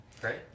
Great